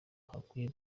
hakwiye